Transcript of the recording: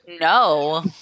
No